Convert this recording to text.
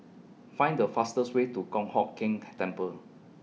Find The fastest Way to Kong Hock Keng Temple